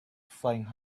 flying